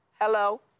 Hello